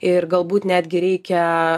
ir galbūt netgi reikia